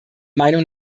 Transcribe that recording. meinung